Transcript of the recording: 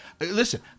listen